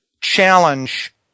challenge